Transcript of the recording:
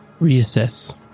Reassess